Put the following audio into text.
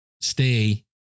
stay